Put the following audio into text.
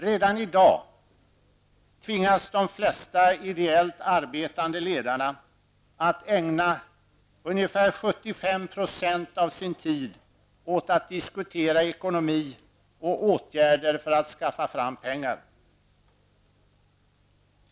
Redan i dag tvingas de flesta ideellt arbetande ledarna att ägna ungefär 75 % av sin tid åt att diskutera ekonomi och åtgärder för att skaffa fram pengar.